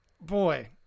Boy